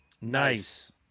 Nice